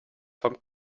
vom